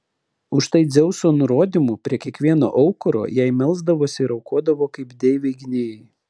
už tai dzeuso nurodymu prie kiekvieno aukuro jai melsdavosi ir aukodavo kaip deivei gynėjai